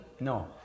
No